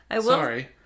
Sorry